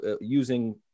using